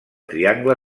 triangle